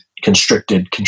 constricted